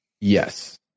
Yes